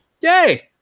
Yay